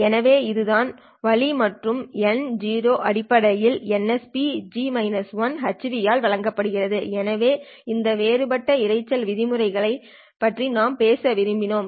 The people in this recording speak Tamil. எனவே இதுதான் வழி மற்றும் N0 அடிப்படையில் nsphν ஆல் வழங்கப்படுகிறது எனவே இந்த வேறுபட்ட இரைச்சல் விதிமுறைகளைப் பற்றி நாம் பேச விரும்பினோம்